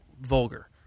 vulgar